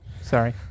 sorry